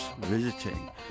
visiting